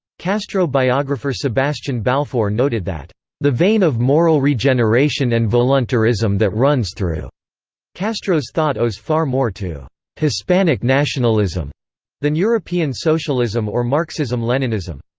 castro biographer sebastian balfour noted that the vein of moral regeneration and voluntarism that runs through castro's thought owes far more to hispanic nationalism than european socialism or marxism-leninism.